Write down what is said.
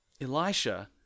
Elisha